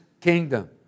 kingdom